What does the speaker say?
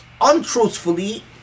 untruthfully